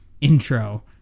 intro